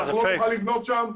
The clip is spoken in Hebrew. אנחנו לא נוכל לבנות שם.